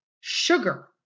sugar